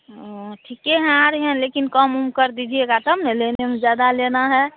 ओ ठीक है आ रहे हैं लेकिन कम उम कर दीजिएगा तब ना लेने में ज़्यादा लेना है